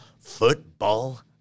Football